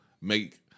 make